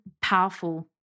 powerful